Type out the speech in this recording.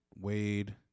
Wade